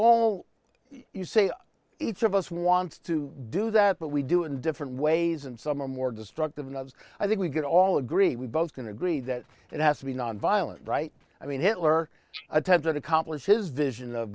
all you say each of us wants to do that but we do in different ways and some are more destructive than others i think we could all agree we both can agree that it has to be nonviolent right i mean hitler attended accomplish his vision of